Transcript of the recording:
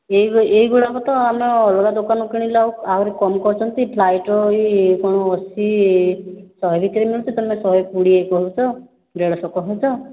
ଏହି ଏହି ଗୁଡ଼ାକ ତ ଆମେ ଅଲଗା ଦୋକାନରୁ କିଣିଲା ବେଳକୁ ଆହୁରି କମ୍ କରୁଛନ୍ତି ଫ୍ଲାଇଟ୍ ର ଏହି କ'ଣ ଅଶୀ ଶହେ ବିକ୍ରି କରୁଛନ୍ତି ତୁମେ ଶହେ କୋଡ଼ିଏ କହୁଛ ଦେଢ଼ଶହ କହୁଛ